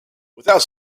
without